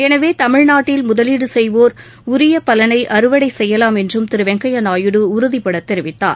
எனவே தமிழ்நாட்டில் முதலீடு செய்வோர் உரிய பலனை அறுவடை செய்யலாம் என்றும் திரு வெங்கையா நாயுடு உறுதிபட தெரிவித்தார்